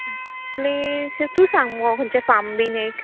plus तूं सांग मुगो खंयचें फार्म बीन एक